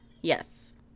Yes